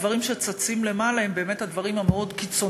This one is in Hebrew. הדברים שצצים למעלה הם באמת הדברים המאוד-קיצוניים,